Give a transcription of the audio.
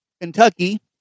Kentucky